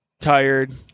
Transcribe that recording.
Tired